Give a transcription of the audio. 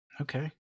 Okay